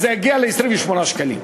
אז זה יגיע ל-28 שקלים.